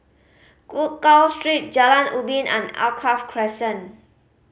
Gul Street Jalan Ubin and Alkaff Crescent